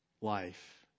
life